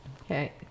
Okay